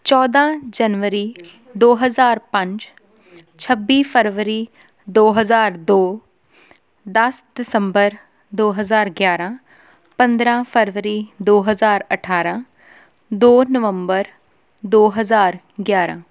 ਚੌਦਾਂ ਜਨਵਰੀ ਦੋ ਹਜ਼ਾਰ ਪੰਜ ਛੱਬੀ ਫ਼ਰਵਰੀ ਦੋ ਹਜ਼ਾਰ ਦੋ ਦਸ ਦਸੰਬਰ ਦੋ ਹਜ਼ਾਰ ਗਿਆਰਾਂ ਪੰਦਰਾਂ ਫ਼ਰਵਰੀ ਦੋ ਹਜ਼ਾਰ ਅਠਾਰਾਂ ਦੋ ਨਵੰਬਰ ਦੋ ਹਜ਼ਾਰ ਗਿਆਰਾਂ